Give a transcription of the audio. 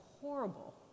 horrible